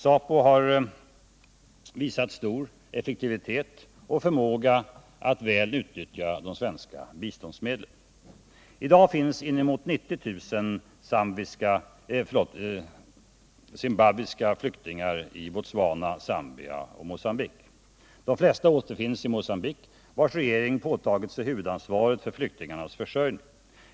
ZAPU har visat stor effektivitet och förmåga att väl utnyttja de svenska biståndsmedlen. I dag finns inemot 90 000 zimbabwiska flyktingar i Botswana, Zambia och Mocambique, vars regering påtagit sig huvudansvaret för flyktingarnas försörjning.